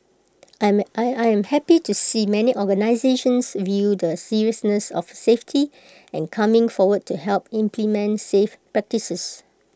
I am I I am happy to see many organisations view the seriousness of safety and coming forward to help implement safe practices